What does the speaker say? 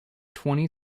twenty